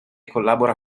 collabora